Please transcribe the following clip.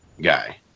guy